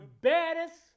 baddest